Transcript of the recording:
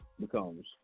becomes